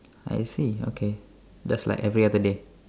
I see okay that's like every other day